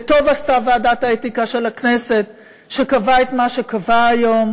וטוב שעשתה ועדת האתיקה של הכנסת שקבעה את מה שקבעה היום,